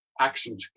action